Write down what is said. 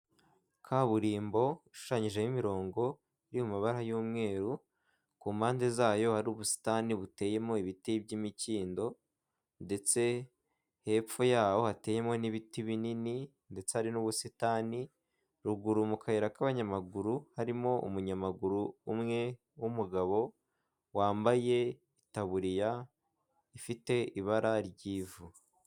Kaburimbo ishushanyijeho imirongo iri mu mabara y'umweru ku mpande zayo hari ubusitani buteyemo ibiti by'imikindo ndetse hepfo yaho hateyemo n'ibiti binini ndetse hari n'ubusitani ruguru mu kayira k'abanyamaguru harimo umunyamaguru umwe w'umugabo wambaye itaburiya ifite ibara ry'ivu.